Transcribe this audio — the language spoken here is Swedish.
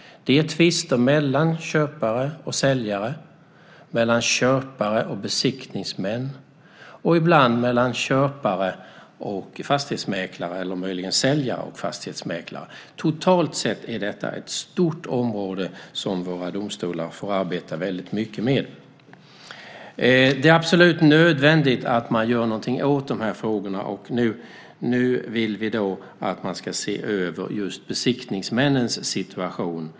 Det är tvister mellan köpare och säljare, mellan köpare och besiktningsmän och ibland mellan köpare och fastighetsmäklare eller möjligen säljare och fastighetsmäklare. Totalt sett är detta ett stort område som våra domstolar får arbeta mycket med. Det är absolut nödvändigt att man gör någonting åt de här frågorna. Nu vill vi att man ska se över just besiktningsmännens situation.